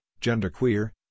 genderqueer